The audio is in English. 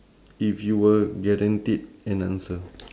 if you were guaranteed an answer